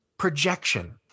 projection